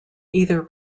either